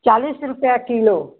चालीस रुपया किलो